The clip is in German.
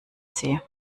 sie